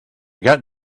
got